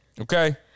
Okay